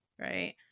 right